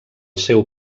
seu